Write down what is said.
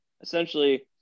essentially